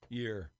year